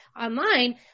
online